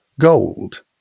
gold